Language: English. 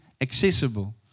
accessible